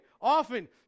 Often